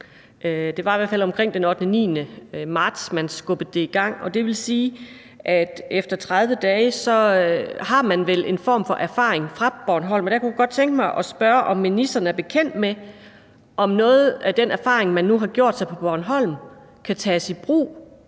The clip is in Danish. det var i hvert fald omkring den 8.-9. marts, man skubbede det i gang – og det vil vel sige, at man efter 30 dage har en form for erfaring fra Bornholm. Der kunne jeg godt tænke mig at spørge, om ministeren er bekendt med, om noget af den erfaring, som man nu har gjort sig på Bornholm, kan tages i brug